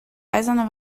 eisene